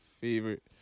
favorite